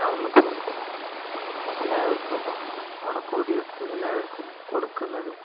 ടൗണിൽ പോയി എല്ലാവർക്കും ഓണക്കോടി എടുത്ത് എല്ലാവർക്കും കൊടുക്കുന്നതും